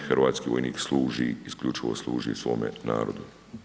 Hrvatski vojnik služi, isključivo služi svome narodu.